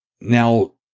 Now